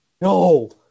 No